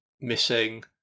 missing